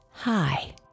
Hi